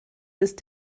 ist